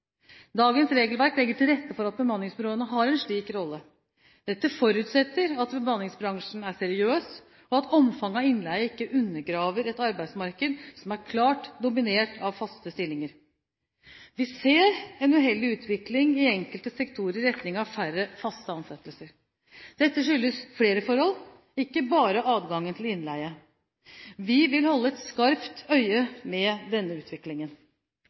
Dagens regelverk legger til rette for at bemanningsbyråene har en slik rolle. Dette forutsetter at bemanningsbransjen er seriøs, og at omfanget av innleie ikke undergraver et arbeidsmarked som er klart dominert av faste stillinger. Vi ser en uheldig utvikling i enkelte sektorer i retning av færre faste ansettelser. Dette skyldes flere forhold, ikke bare adgangen til innleie. Vi vil holde skarpt øye med denne utviklingen.